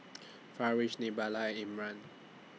Farish Nabila Imran